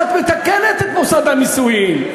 איך את מתקנת את מוסד הנישואים.